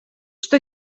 что